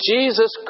Jesus